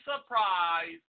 surprise